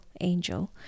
angel